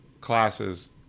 classes